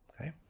okay